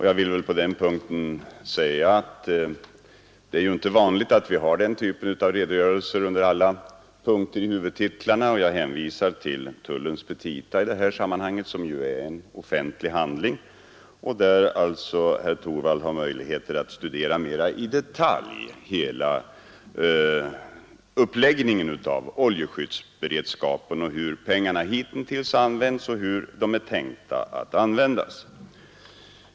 Jag vill på den punkten säga att det ju inte är vanligt att vi har den typen av redogörelser under alla punkter i huvudtitlarna. Jag hänvisar till tullens petita i det här sammanhanget, som är en offentlig handling och där herr Torwald alltså har möjligheter att mera i detalj studera hela uppläggningen av oljeskyddsberedskapen, hur pengarna hitintills har använts och hur de är tänkta att användas.